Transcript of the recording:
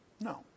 No